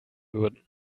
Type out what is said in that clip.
würden